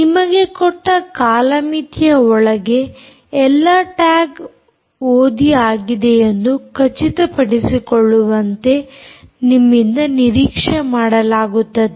ನಿಮಗೆ ಕೊಟ್ಟ ಕಾಲ ಮಿತಿಯ ಒಳಗೆ ಎಲ್ಲಾ ಟ್ಯಾಗ್ ಓದಿ ಆಗಿದೆಯೆಂದು ಖಚಿತಪಡಿಸಿಕೊಳ್ಳುವಂತೆ ನಿಮ್ಮಿಂದ ನಿರೀಕ್ಷೆ ಮಾಡಲಾಗುತ್ತದೆ